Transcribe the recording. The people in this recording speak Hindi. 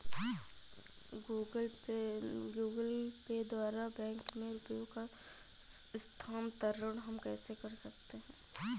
गूगल पे द्वारा बैंक में रुपयों का स्थानांतरण हम कैसे कर सकते हैं?